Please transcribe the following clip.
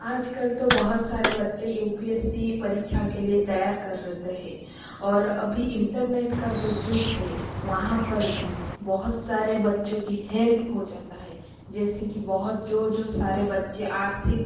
आजकल तो बहुत सारे बच्चे यू पी एस सी परीक्षा के लिए तैयार करते है और अभी इंटरनेट का जो युग है वहाँ पर भी बहुत सारे बच्चों की हेल्प हो जाता है जैसे कि बहुत जो जो सारे बच्चे आर्थिक